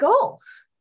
goals